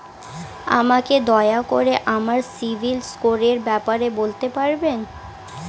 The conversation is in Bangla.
আমাকে দয়া করে আমার সিবিল স্কোরের ব্যাপারে বলতে পারবেন?